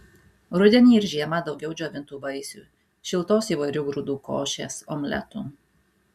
rudenį ir žiemą daugiau džiovintų vaisių šiltos įvairių grūdų košės omletų